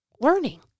learning